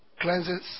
cleanses